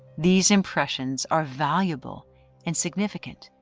these impressions are valuable and significant.